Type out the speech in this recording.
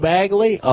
Bagley